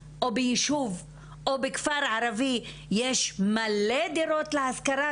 ביישוב או בכפר ערבי יש מלא דירות להשכרה,